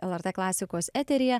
lrt klasikos eteryje